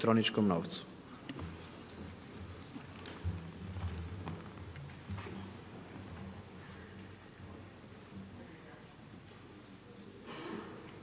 Hvala